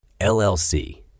LLC